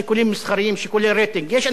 יש אנשים שמבריחים צופים.